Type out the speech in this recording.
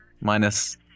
Minus